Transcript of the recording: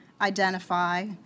identify